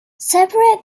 separate